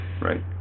Right